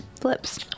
flips